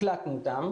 הקלטנו אותם,